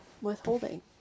withholding